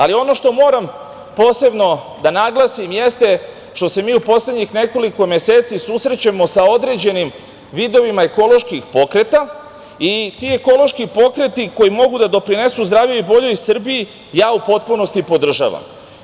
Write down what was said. Ali, ono što moram posebno da naglasim jeste što se mi u poslednjih nekoliko meseci susrećemo sa određenim vidovima ekoloških pokreta i ti ekološki pokreti koji mogu da doprinesu zdravijoj i boljoj Srbiji, u potpunosti podržavam.